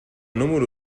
número